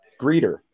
greeter